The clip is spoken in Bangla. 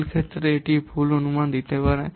ভুল ক্ষেত্রে এটি ভুল অনুমান দিতে পারে